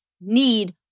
need